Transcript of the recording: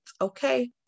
okay